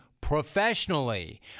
professionally